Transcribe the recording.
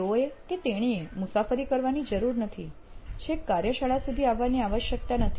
તેઓએ કે તેણીએ મુસાફરી કરવાની જરૂર નથી છેક કાર્યશાળા સુધી આવવાની આવશ્યકતા નથી